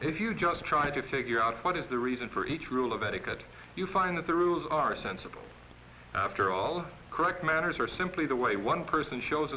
if you just try to figure out what is the reason for each rule of etiquette you find that the rules are sensible after all correct manners are simply the way one person shows